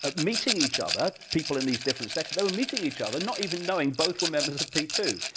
ah meeting each other people in these different sections, they were meeting each other, not even knowing both were members of p two.